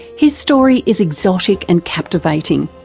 his story is exotic and captivating,